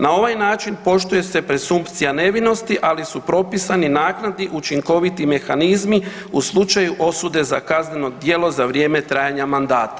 Na ovaj način poštuje se presumpcija nevinosti, ali su propisani naknadni učinkoviti mehanizmi u slučaju osude za kazneno djelo za vrijeme trajanja mandata.